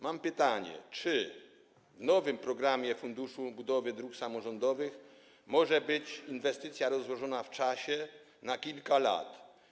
Mam pytanie: Czy w nowym programie funduszu budowy dróg samorządowych może być inwestycja rozłożona w czasie na kilka lat?